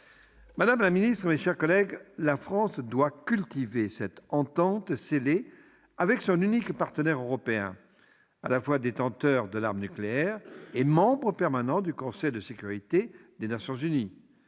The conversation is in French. Madame la ministre, la France doit cultiver cette entente, scellée avec son unique partenaire européen à la fois détenteur de l'arme nucléaire et membre permanent du Conseil de sécurité des Nations unies,